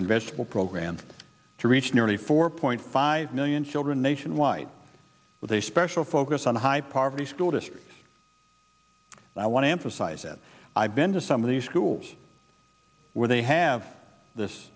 and vegetable programs to reach nearly four point five million children nationwide with a special focus on high poverty school districts and i want to emphasize and i've been to some of these schools where they have this